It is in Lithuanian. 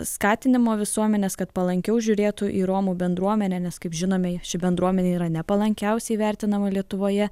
skatinimo visuomenės kad palankiau žiūrėtų į romų bendruomenę nes kaip žinome ši bendruomenė yra nepalankiausiai vertinama lietuvoje